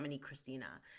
Christina